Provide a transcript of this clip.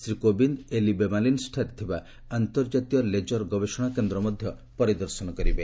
ଶ୍ରୀ କୋବିନ୍ଦ୍ ଏଲି ବେମାଲିନ୍ସଠାରେ ଥିବା ଅନ୍ତର୍ଜାତୀୟ ଲେଜର୍ ଗବେଷଣା କେନ୍ଦ୍ର ପରିଦର୍ଶନ କରିବେ